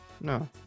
no